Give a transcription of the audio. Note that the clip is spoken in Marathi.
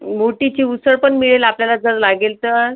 मोटीची उसळ पण मिळेल आपल्याला जर लागेल तर